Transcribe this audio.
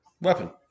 weapon